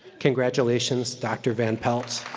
congratulations, dr. van pelt.